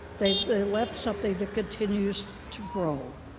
they they left something that continues to grow,